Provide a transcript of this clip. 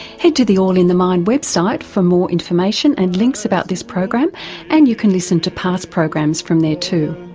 head to the all in the mind website for information and links about this program and you can listen to past programs from there too.